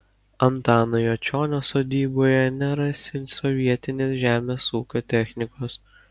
antano juočionio sodyboje nerasi sovietinės žemės ūkio technikos